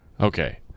Okay